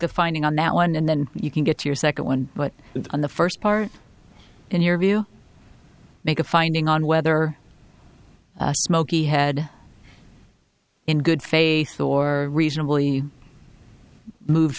the finding on that one and then you can get your second one but on the first part in your view make a finding on whether a smoky had in good faith or reasonably move